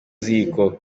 ziko